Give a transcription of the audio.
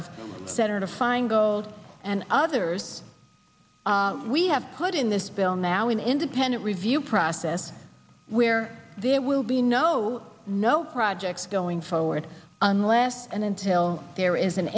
saturn to find gold and others we have put in this bill now an independent review process where there will be no no projects going forward unless and until there is an